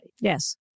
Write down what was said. Yes